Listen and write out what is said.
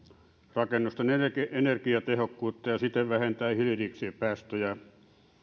rakennusten energiatehokkuutta ja siten vähentää hiilidioksidipäästöjä